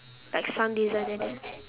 like some design like that